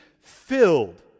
filled